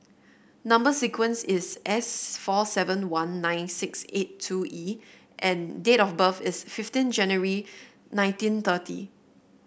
number sequence is S four seven one nine six eight two E and date of birth is fifteen January nineteen thirty